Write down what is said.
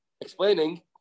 explaining